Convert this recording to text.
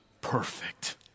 perfect